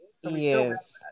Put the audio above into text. Yes